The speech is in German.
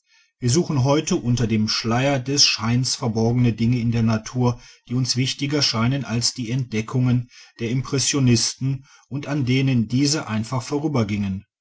wir suchen heute unter dem schleier des scheines verborgene dinge in der natur die uns wichtiger scheinen als die entdeckungen der impressionisten und an denen diese einfach vorübergingen